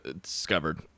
discovered